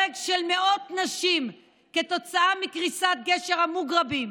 הרג של מאות נשים כתוצאה מקריסת גשר המוגרבים,